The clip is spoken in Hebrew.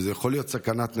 וזו יכולה להיות סכנת נפשות.